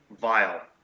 vile